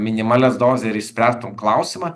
minimalias dozę ir išspręstum klausimą